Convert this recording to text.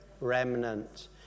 remnant